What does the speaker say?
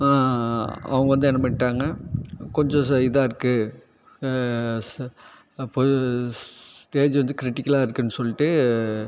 அவங்க வந்து என்ன பண்ணிட்டாங்க கொஞ்சம் இதாக இருக்குது ச போ ஸ்டேஜ் வந்து க்ரிட்டிக்கலாக இருக்குதுன்னு சொல்லிட்டு